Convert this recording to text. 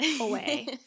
away